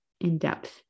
in-depth